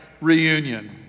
reunion